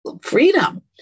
freedom